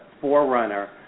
forerunner